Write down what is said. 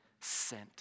sent